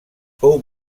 fou